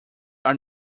are